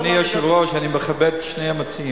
אדוני היושב-ראש, אני מכבד את שני המציעים,